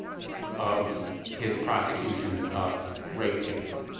of his prosecution of rape cases